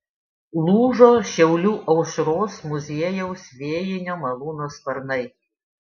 lūžo šiaulių aušros muziejaus vėjinio malūno sparnai